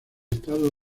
estado